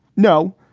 no.